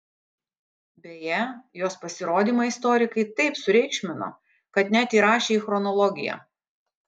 beje jos pasirodymą istorikai taip sureikšmino kad net įrašė į chronologiją